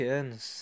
anos